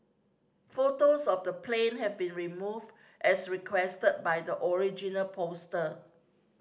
photos of the plane have been removed as requested by the original poster